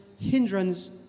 hindrance